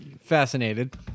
fascinated